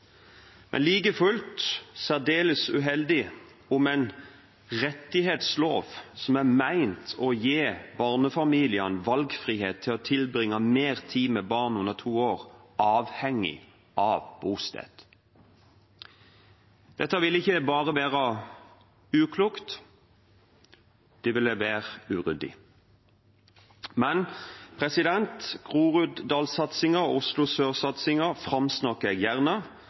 men det er like fullt særdeles uheldig om en rettighetslov som er ment å gi barnefamiliene valgfrihet til å tilbringe mer tid med barn under to år, gjøres avhengig av bosted. Dette ville ikke bare være uklokt, det ville være uryddig. Men Groruddalssatsingen og Oslo sør-satsingen framsnakker jeg gjerne,